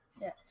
Yes